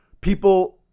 people